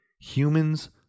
Humans